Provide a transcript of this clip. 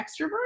extrovert